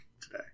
today